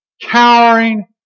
cowering